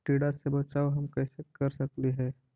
टीडा से बचाव हम कैसे कर सकली हे?